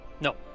no